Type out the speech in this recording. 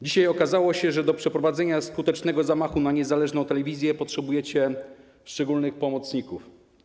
Dzisiaj okazało się, że do przeprowadzenia skutecznego zamachu na niezależną telewizję potrzebujecie szczególnych pomocników.